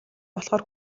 болохоор